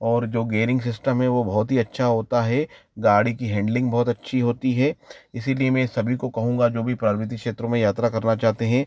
और जो gearing system है वो बहुत ही अच्छा होता है गाड़ी की हेंडलिंग हेंडलिंग बहुत अच्छी होती हे इसीलिए मैं सभी को कहूँगा जो भी पर्वतीय क्षेत्रों में यात्रा करना चाहते हें